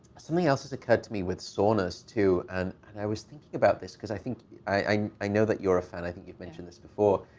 something else has occurred to me with saunas, too. and and i was thinking about this, because i think i i know that you're a fan. i think you've mentioned this before.